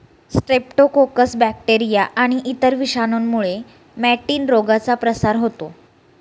Streptococcus bacteria आणि इतर विषाणूंमुळे मॅटिन रोगाचा प्रसार होतो